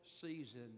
season